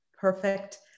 Perfect